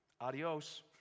Adios